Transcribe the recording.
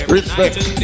Respect